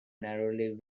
narrowly